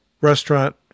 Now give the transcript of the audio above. restaurant